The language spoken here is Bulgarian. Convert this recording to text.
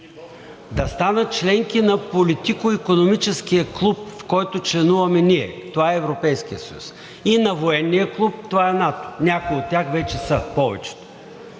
да станат членки на политикоикономическия клуб, в който членуваме ние – това е Европейският съюз, и на Военния клуб – това е НАТО. Някои от тях вече са – повечето